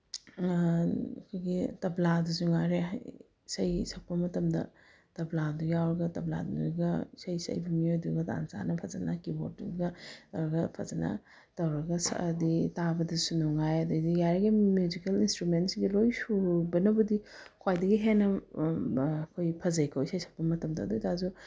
ꯑꯩꯈꯣꯏꯒꯤ ꯇꯕ꯭ꯂꯥꯗꯁꯨ ꯉꯥꯏꯔꯦ ꯏꯁꯩ ꯁꯛꯄ ꯃꯇꯝꯗ ꯇꯕ꯭ꯂꯥꯗꯣ ꯌꯥꯎꯔꯒ ꯇꯕ꯭ꯂꯥꯗꯨꯅꯒ ꯏꯁꯩ ꯁꯛꯏꯕ ꯃꯤꯑꯣꯏꯗꯨꯒ ꯇꯥꯟ ꯆꯥꯅ ꯀꯤꯕꯣꯔꯠꯇꯨꯒ ꯇꯧꯔꯒ ꯐꯖꯅ ꯇꯧꯔꯒ ꯁꯛꯑꯗꯤ ꯇꯥꯕꯗꯁꯨ ꯅꯨꯡꯉꯥꯏ ꯑꯗꯒꯤꯗꯤ ꯌꯥꯔꯤꯒꯩ ꯃ꯭ꯌꯨꯖꯤꯛꯀꯦꯜ ꯏꯟꯁꯇ꯭ꯔꯨꯃꯦꯟ ꯁꯤꯡꯁꯦ ꯂꯣꯏꯅ ꯁꯨꯕꯅꯕꯨꯗꯤ ꯈ꯭ꯋꯥꯏꯗꯒꯤ ꯍꯦꯟꯅ ꯑꯩꯈꯣꯏ ꯐꯖꯩꯀꯣ ꯏꯁꯩ ꯁꯛꯄ ꯃꯇꯝꯗ ꯑꯗꯣꯏꯇꯥꯔꯁꯨ